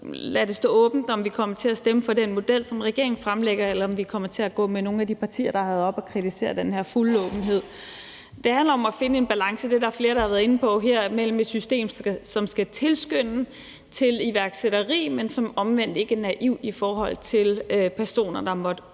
lade det stå åbent, om vi kommer til at stemme for den model, som regeringen fremlægger, eller om vi kommer til at gå med nogle af de partier, der har været oppe at kritisere den her fulde åbenhed. Det handler om at finde en balance – og det er der flere der har været inde på her – mellem et system, som skal tilskynde til iværksætteri, og noget, som omvendt ikke er naivt i forhold til personer, der måtte udnytte